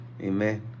amen